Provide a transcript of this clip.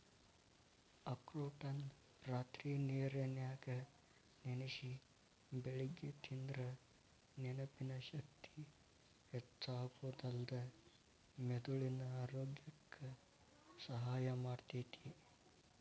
ಅಖ್ರೋಟನ್ನ ರಾತ್ರಿ ನೇರನ್ಯಾಗ ನೆನಸಿ ಬೆಳಿಗ್ಗೆ ತಿಂದ್ರ ನೆನಪಿನ ಶಕ್ತಿ ಹೆಚ್ಚಾಗೋದಲ್ದ ಮೆದುಳಿನ ಆರೋಗ್ಯಕ್ಕ ಸಹಾಯ ಮಾಡ್ತೇತಿ